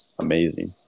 amazing